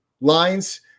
lines